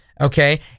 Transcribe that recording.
okay